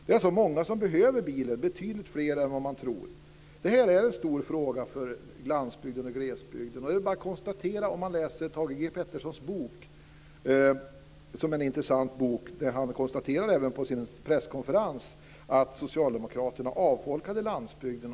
Det är alltså många som behöver bilen, betydligt fler än man tror. Det här är en stor fråga för landsbygden och glesbygden. Om man läser Thage G Petersons bok, som är en intressant bok, kan man läsa att han på en presskonferens konstaterar att Socialdemokraterna avfolkade landsbygden.